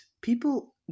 people